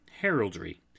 heraldry